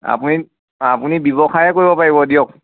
আপুনি অ আপুনি ব্যৱসায়েই কৰিব পাৰিব দিয়ক